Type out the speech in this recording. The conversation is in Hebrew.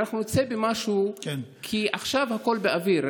שאנחנו נצא עם משהו, כי עכשיו הכול באוויר.